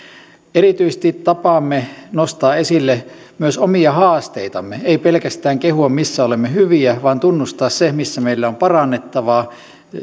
erityisesti arvostettiin tapaamme nostaa esille myös omia haasteitamme ei pelkästään kehua missä olemme hyviä vaan tunnustaa se missä meillä on parannettavaa ja sitä